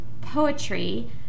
poetry